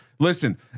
Listen